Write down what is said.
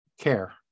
care